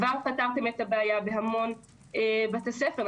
כבר פתרתם את הבעיה בהמון בתי ספר,